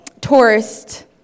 tourist